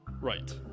Right